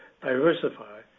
diversify